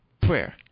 prayer